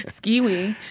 skiwi.